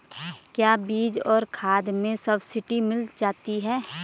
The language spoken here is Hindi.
क्या बीज और खाद में सब्सिडी मिल जाती है?